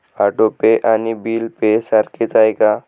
Auto pay आणि bill pay सारखेच आहे का?